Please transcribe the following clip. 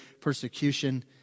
persecution